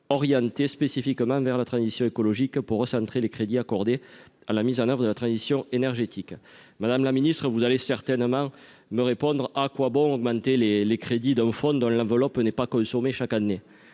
orienter spécifiquement vers la transition écologique pour recentrer les crédits accordés à la mise en oeuvre et la transition énergétique Madame la Ministre, vous allez certainement me répondre : à quoi bon augmenter les les crédits d'un Fonds dans l'enveloppe n'est pas consommées chaque année,